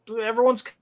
Everyone's